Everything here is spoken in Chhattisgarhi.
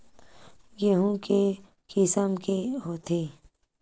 गेहूं के किसम के होथे?